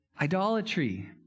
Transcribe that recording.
Idolatry